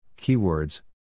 keywords